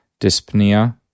dyspnea